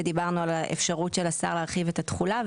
ודיברנו על האפשרות של השר להרחיב את התחולה.